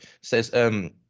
Says